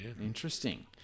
Interesting